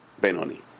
Benoni